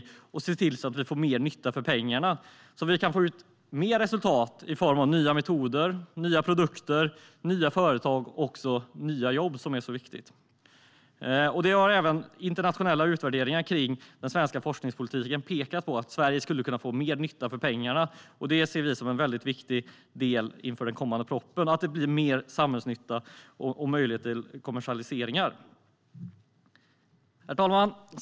Vi behöver se till att vi får mer nytta för pengarna, så att vi kan få ut mer resultat i form av nya metoder, nya produkter, nya företag och nya jobb, som är så viktigt. Även i internationella utvärderingar av den svenska forskningspolitiken har man pekat på att Sverige skulle kunna få mer nytta för pengarna. Det ser vi som en väldigt viktig del inför den kommande propositionen, att det blir mer samhällsnytta och möjlighet till kommersialiseringar. Herr talman!